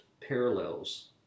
parallels